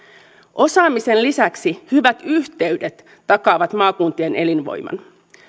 osaamisen lisäksi hyvät yhteydet takaavat maakuntien elinvoiman